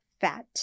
fat